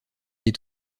est